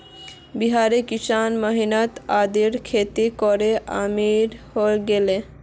बिहारेर किसान मोहित अदरकेर खेती करे अमीर हय गेले